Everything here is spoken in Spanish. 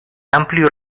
amplio